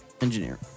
Engineer